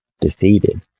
defeated